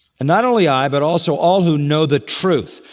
and not only i but also all who know the truth.